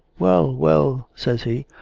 well, well, says he,